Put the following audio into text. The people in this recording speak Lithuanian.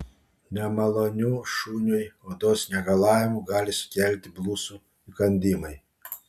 nemalonių šuniui odos negalavimų gali sukelti blusų įkandimai